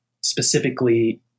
specifically